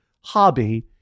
hobby